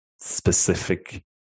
specific